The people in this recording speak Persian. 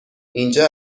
اینجا